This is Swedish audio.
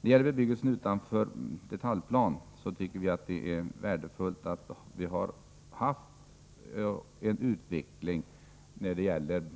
det gäller bebyggelse utanför detaljplan tycker vi att det har skett en värdefull utveckling.